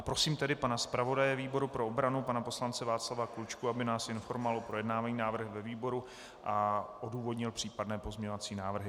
Prosím tedy zpravodaje výboru pro obranu pana poslance Václava Klučku, aby nás informoval o projednávání návrhu ve výboru a odůvodnil případné pozměňovací návrhy.